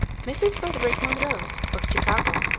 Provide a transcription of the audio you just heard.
mrs. frederick monroe, of chicago,